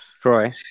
Troy